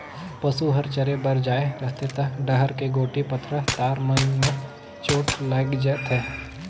पसू हर चरे बर जाये रहथे त डहर के गोटी, पथरा, तार मन में चोट लायग जाथे